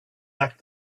back